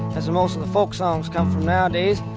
as most of the folk songs come from nowadays.